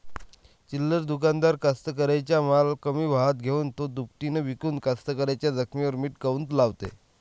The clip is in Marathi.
चिल्लर दुकानदार कास्तकाराइच्या माल कमी भावात घेऊन थो दुपटीनं इकून कास्तकाराइच्या जखमेवर मीठ काऊन लावते?